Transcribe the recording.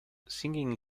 singing